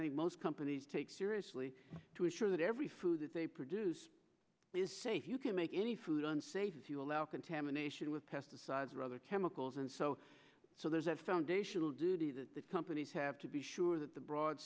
think most companies take seriously to ensure that every food that they produce is safe you can make any food unsafe you allow contamination with pesticides or other chemicals and so so there's a foundational duty that the companies have to be sure that the broad